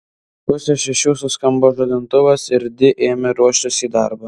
pusę šešių suskambo žadintuvas ir di ėmė ruoštis į darbą